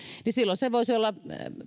niin silloin se voisi olla